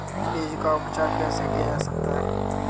बीज का उपचार कैसे किया जा सकता है?